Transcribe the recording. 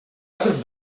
other